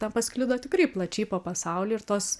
ten pasklido tikrai plačiai po pasaulį ir tos